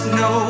no